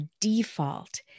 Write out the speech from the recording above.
default